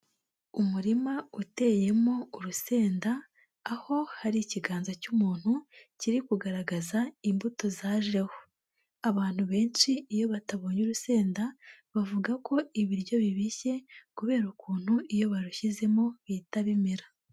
Umurima uteyemo urusenda, aho hari ikiganza cy'umuntu kiri kugaragaza imbuto zajeho. Abantu benshi iyo batabonye urusenda, bavuga ko ibiryo bibishye kubera ukuntu iyo barushyizemo bihita bimera.